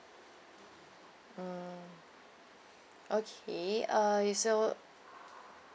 mm okay uh okay so